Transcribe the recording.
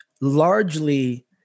largely